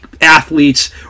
athletes